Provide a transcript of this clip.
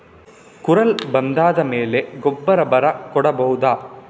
ಕುರಲ್ ಬಂದಾದ ಮೇಲೆ ಗೊಬ್ಬರ ಬರ ಕೊಡಬಹುದ?